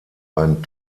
ein